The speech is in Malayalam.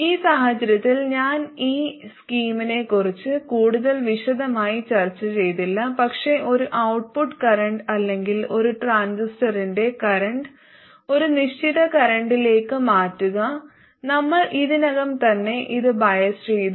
ഈ സാഹചര്യത്തിൽ ഞാൻ ഈ സ്കീമിനെക്കുറിച്ച് കൂടുതൽ വിശദമായി ചർച്ച ചെയ്തില്ല പക്ഷേ ഒരു ഔട്ട്പുട്ട് കറൻറ് അല്ലെങ്കിൽ ഒരു ട്രാൻസിസ്റ്ററിന്റെ കറൻറ് ഒരു നിശ്ചിത കറന്റിലേക്ക് മാറ്റുക നമ്മൾ ഇതിനകം തന്നെ ഇത് ബയസ് ചെയ്തു